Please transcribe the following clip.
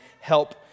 help